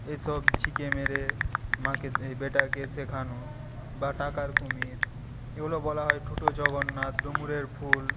এইসব ঝিকে মেরে মাকে ব্যাটাকে শেখানো বা টাকার কুমির এগুলো বলা হয় ঠুটো জগন্নাথ ডুমুরের ফুল